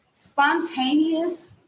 spontaneous